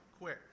quick